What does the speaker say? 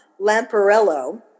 Lamparello